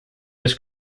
was